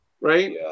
right